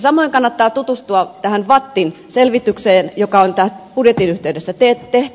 samoin kannattaa tutustua tähän vattin selvitykseen joka on tämän budjetin yhteydessä tehty